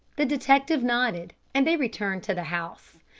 the detective nodded, and they returned to the house.